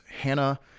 Hannah